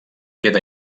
queda